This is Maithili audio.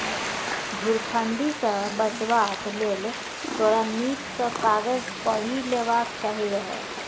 धुरफंदी सँ बचबाक लेल तोरा नीक सँ कागज पढ़ि लेबाक चाही रहय